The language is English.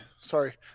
sorry